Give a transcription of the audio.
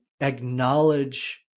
acknowledge